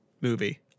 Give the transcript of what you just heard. movie